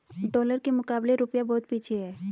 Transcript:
dollar के मुकाबले रूपया बहुत पीछे है